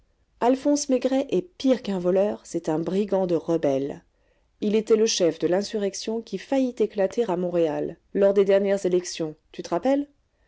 alphonse maigret est pire qu'un voleur c'est un brigand de rebelle il était le chef de l'insurrection qui faillit éclater à montréal lors des dernières élections tu te rappelles